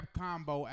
combo